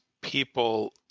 people